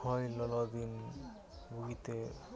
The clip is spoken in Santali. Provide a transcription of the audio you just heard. ᱦᱚᱭ ᱞᱚᱞᱚᱫᱤᱱ ᱵᱩᱜᱤᱛᱮ